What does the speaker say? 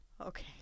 Okay